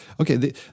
Okay